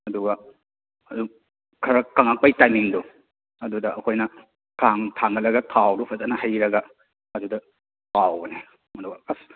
ꯑꯗꯨꯒ ꯑꯗꯨꯝ ꯈꯔ ꯀꯪꯂꯛꯄꯩ ꯇꯥꯏꯃꯤꯡꯗꯣ ꯑꯗꯨꯗ ꯑꯩꯈꯣꯏꯅ ꯈꯥꯡ ꯊꯥꯡꯒꯠꯂꯒ ꯊꯥꯎꯗꯣ ꯐꯖꯅ ꯍꯩꯔꯒ ꯑꯗꯨꯗ ꯇꯥꯎꯕꯅꯦ ꯑꯗꯨꯒ ꯑꯁ